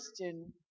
question